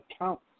accounts